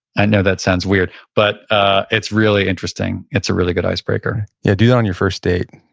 i know that sounds weird, but ah it's really interesting. it's a really good icebreaker yeah. do that on your first date